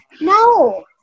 No